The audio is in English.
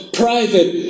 private